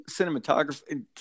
cinematography